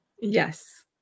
yes